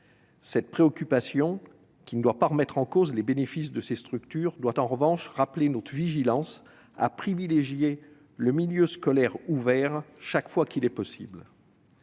Cette préoccupation, qui ne doit pas remettre en cause les bénéfices de ces structures, doit en revanche nous inviter à faire preuve de vigilance et à privilégier le milieu scolaire ouvert chaque fois que cela est possible.